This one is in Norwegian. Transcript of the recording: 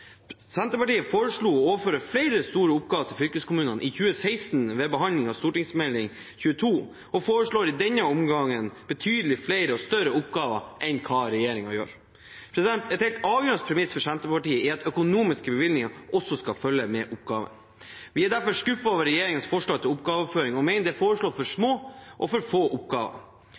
Senterpartiet foreslo i 2016 ved behandling av Meld. St. 22 for 2015–2016 å overføre flere store oppgaver til fylkeskommunene, og foreslår i denne omgang betydelig flere og større oppgaver enn hva regjeringen gjør. Et helt avgjørende premiss for Senterpartiet er at økonomiske bevilgninger skal følge med oppgaven. Vi er derfor skuffet over regjeringens forslag til oppgaveoverføring, og mener det foreslås for små og for få oppgaver.